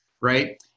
right